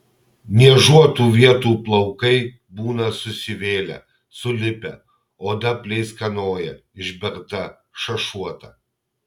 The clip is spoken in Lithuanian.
niežuotų vietų plaukai būna susivėlę sulipę oda pleiskanoja išberta šašuota